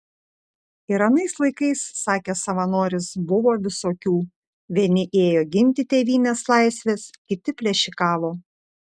ir anais laikais sakė savanoris buvo visokių vieni ėjo ginti tėvynės laisvės kiti plėšikavo